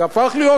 זה הפך להיות,